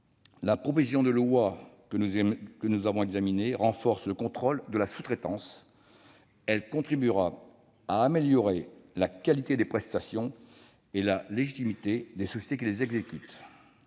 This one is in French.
La proposition de loi que nous examinons renforce le contrôle de la sous-traitance. Elle contribuera à améliorer la qualité des prestations et la légitimité des sociétés qui les exécutent.